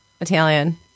Italian